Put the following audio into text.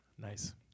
Nice